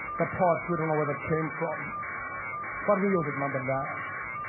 the pot, we don't know where that came from but we use it none the less.